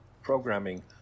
Programming